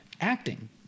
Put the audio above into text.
acting